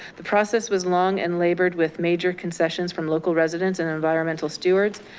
the process was long and labored with major concessions from local residents and environmental stewards.